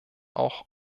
auch